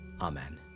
Amen